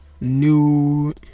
New